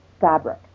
fabric